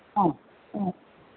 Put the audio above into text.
ആ ആ